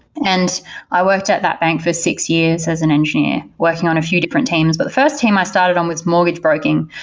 and i worked at that bank for six years as an engineer, working on a few different teams. but the first team i started on was mortgage broking,